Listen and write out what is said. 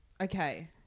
Okay